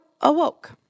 awoke